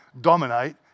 dominate